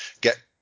get